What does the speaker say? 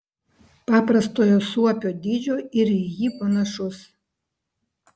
paprastojo suopio dydžio ir į jį panašus